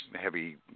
heavy